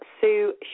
Sue